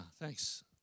thanks